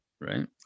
Right